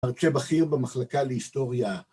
מרצה בכיר במחלקה להיסטוריה